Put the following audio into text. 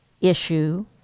issue